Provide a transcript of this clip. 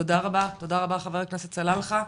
תודה רבה חבר הכנסת סלאלחה,